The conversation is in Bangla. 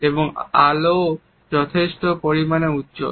এবং আলোও যথেষ্ট পরিমাণে উজ্জ্বল